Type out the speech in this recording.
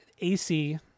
AC